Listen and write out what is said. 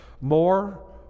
more